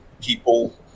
people